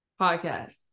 Podcast